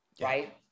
right